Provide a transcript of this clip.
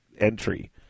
entry